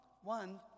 One